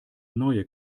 neue